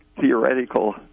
theoretical